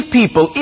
people